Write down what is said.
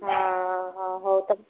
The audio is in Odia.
ହଁ ହଉ ହଉ ତାହେଲେ